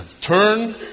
turn